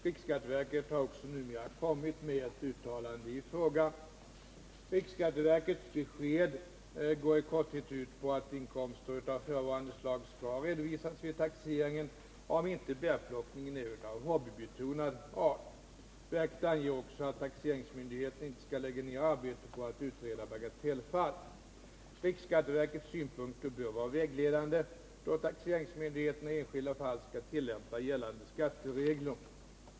Riksskatteverket har också numera kommit med ett uttalande i frågan. Riksskatteverkets besked går i korthet ut på att inkomster av förevarande slag skall redovisas vid taxeringen, om inte bärplockningen är av hobbybetonad art. Verket anger också att taxeringsmyndigheterna inte skall lägga ner arbete på att utreda bagatellfall. Riksskatteverkets synpunkter bör vara vägledande, då taxeringsmyndigheterna i enskilda fall skall tillämpa gällande skatteregler.